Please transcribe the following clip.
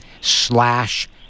slash